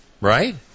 right